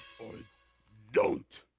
or don't.